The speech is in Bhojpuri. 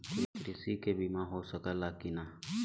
कृषि के बिमा हो सकला की ना?